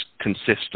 consistent